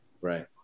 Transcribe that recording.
right